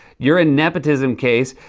you're a nepotism case,